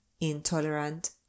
intolerant